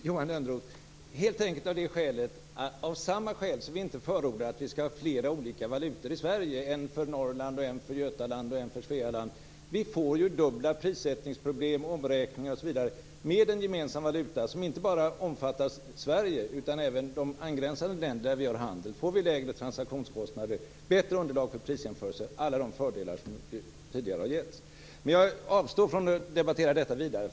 Fru talman! Jo, helt enkelt av samma skäl som vi inte förordar att man skall ha flera olika valutor i Svealand. Det medför bl.a. dubbla prissättningsproblem och omräkningar. Med en gemensam valuta som inte bara omfattar Sverige utan även våra angränsande länder som vi bedriver handel med får vi lägre transaktionskostnader, bättre underlag för prisjämförelser och alla de fördelar som detta ger. Men jag avstår att debattera frågan vidare.